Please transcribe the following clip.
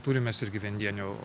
turim mes irgi viendienių